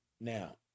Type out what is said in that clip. Now